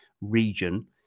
region